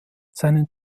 seinen